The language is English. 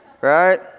Right